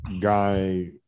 guy